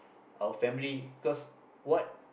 our family because what